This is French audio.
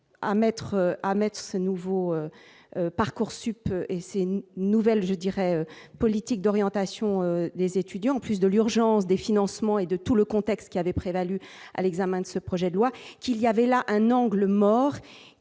à Metz ce nouveau Parcoursup et c'est une nouvelle je dirais politique d'orientation des étudiants en plus de l'urgence des financements et de tout le contexte qui avait prévalu à l'examen de ce projet de loi qu'il y avait là un angle mort